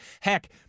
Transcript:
Heck